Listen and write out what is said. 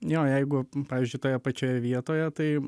jo jeigu pavyzdžiui toje pačioje vietoje tai